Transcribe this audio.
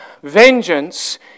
vengeance